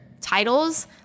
titles